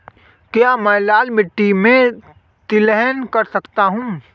क्या मैं लाल मिट्टी में तिलहन कर सकता हूँ?